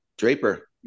Draper